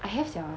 I have sia